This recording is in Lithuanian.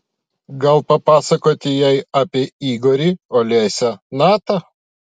gal papasakoti jai apie igorį olesią natą